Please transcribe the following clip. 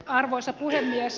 arvoisa puhemies